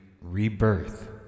rebirth